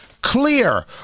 clear